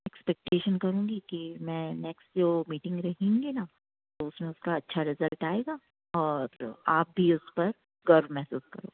expectation करूँगी कि मैं नेक्स्ट जो मीटिंग रखेंगे ना तो उसमें उसका अच्छा रिज़ल्ट आएगा और आप भी उस पर गर्व महसूस करो